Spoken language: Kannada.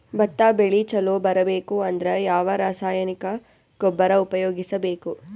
ಭತ್ತ ಬೆಳಿ ಚಲೋ ಬರಬೇಕು ಅಂದ್ರ ಯಾವ ರಾಸಾಯನಿಕ ಗೊಬ್ಬರ ಉಪಯೋಗಿಸ ಬೇಕು?